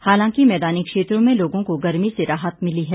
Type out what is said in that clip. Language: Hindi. हालांकि मैदानी क्षेत्रों में लोगों को गर्मी से राहत मिली है